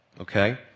Okay